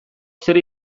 zer